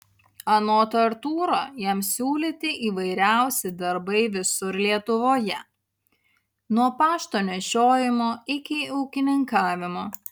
anot artūro jam siūlyti įvairiausi darbai visur lietuvoje nuo pašto nešiojimo iki ūkininkavimo